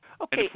Okay